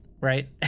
right